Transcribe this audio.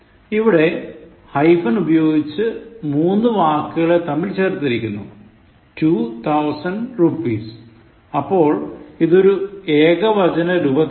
ഇവിടെ ഹൈഫൻ ഉപയോഗിച്ച് മൂന്നു വാക്കുകളെ തമ്മിൽ ചേർത്തിരിക്കുന്നു two thousand rupees അപ്പോൾ ഇതൊരു ഏകാവചന രൂപത്തിലാണ്